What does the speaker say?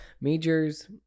majors